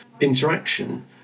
interaction